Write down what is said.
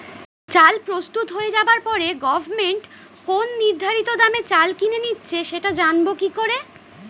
চাল প্রস্তুত হয়ে যাবার পরে গভমেন্ট কোন নির্ধারিত দামে চাল কিনে নিচ্ছে সেটা জানবো কি করে?